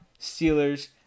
Steelers